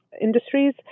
industries